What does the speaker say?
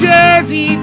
Jersey